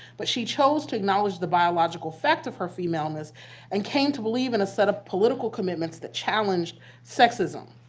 but she chose to acknowledge the biological fact of her femaleness and came to believe in a set of political commitments that challenge sexism.